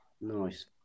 Nice